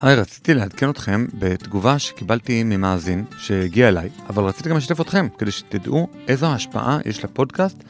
היי, רציתי לעדכן אתכם בתגובה שקיבלתי ממאזין שהגיע אליי, אבל רציתי גם לשתף אתכם כדי שתדעו איזו השפעה יש לפודקאסט...